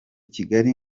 kigali